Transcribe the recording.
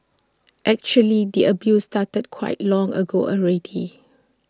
actually the abuse started quite long ago already